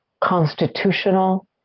constitutional